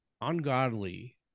ungodly